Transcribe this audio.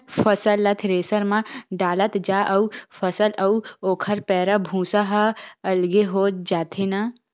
फसल ल थेरेसर म डालत जा अउ फसल अउ ओखर पैरा, भूसा ह अलगे हो जाथे न